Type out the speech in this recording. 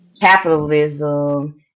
capitalism